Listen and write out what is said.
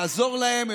לעזור להם.